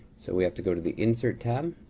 so we have to go to the insert tab